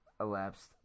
elapsed